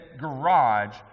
garage